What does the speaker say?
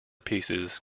pieces